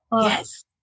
Yes